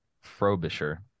Frobisher